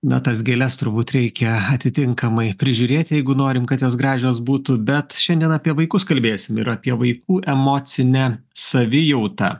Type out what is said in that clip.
na tas gėles turbūt reikia atitinkamai prižiūrėti jeigu norim kad jos gražios būtų bet šiandien apie vaikus kalbėsim ir apie vaikų emocinę savijautą